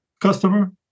customer